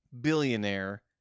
billionaire